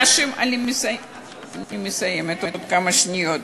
אני מסיימת עוד כמה שניות.